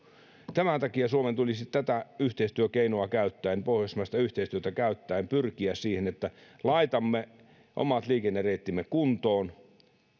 tämän takia suomen tulisi tätä yhteistyökeinoa käyttäen pohjoismaista yhteistyötä käyttäen pyrkiä siihen että laitamme omat liikennereittimme kuntoon